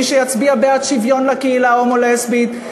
מי שיצביע בעד שוויון לקהילה ההומו-לסבית,